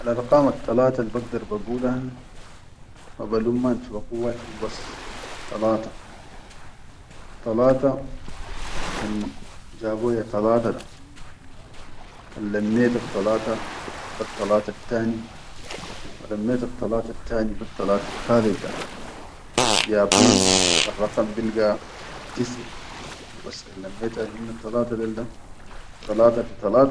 Alarqaan attalata albagdar bagulahan, wa balumman fi waqit wahid hubas, talata, talata kan jabo ya talata da, kan lammetat talata bet talatattani walammutattalatattani bettalatettalit da biyadik arraqam bilga tisae, hubas kan lammetan hinne talata del da.